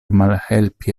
malhelpi